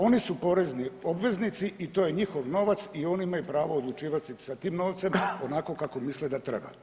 Oni su porezni obveznici i to je njihov novac i oni imaju pravo odlučivati sa tim novcem onako kako misle da treba.